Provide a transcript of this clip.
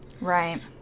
Right